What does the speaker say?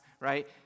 right